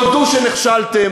תודו שנכשלתם.